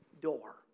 door